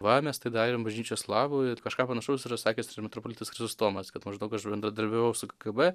va mes tai darėm bažnyčios labui ir kažką panašaus yra sakęs ir metropolitas chrizostomas kad maždaug aš bendradarbiavau su kgb